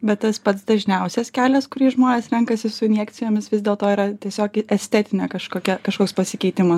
bet tas pats dažniausias kelias kurį žmonės renkasi su injekcijomis vis dėl to yra tiesiog į estetinė kažkokia kažkoks pasikeitimą